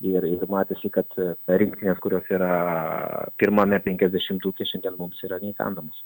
ir ir matėsi kad rinktinės kurios yra pirmame penkiasdešimtuke šiandien mums yra neįkandamos